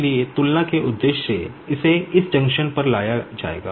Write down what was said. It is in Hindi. इसलिए तुलना के उद्देश्य से इसे इस जंक्शन पर लाया जाएगा